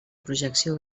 projecció